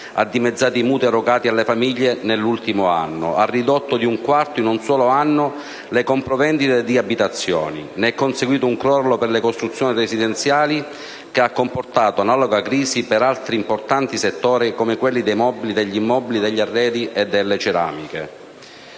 ha dimezzato i mutui erogati alle famiglie nell'ultimo anno; ha ridotto di un quarto in un solo anno le compravendite di abitazioni. Ne è conseguito un crollo per le costruzioni residenziali che ha comportato analoga crisi per altri importanti settori, come quelli dei mobili, degli arredi e delle ceramiche.